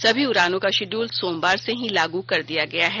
सभी उड़ानों का शिड्यूल सोमवार से ही लागू कर दिया गया है